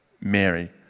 Mary